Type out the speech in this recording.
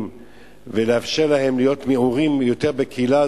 ולאפשר להם להיות מעורים יותר בקהילה,